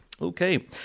okay